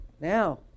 Now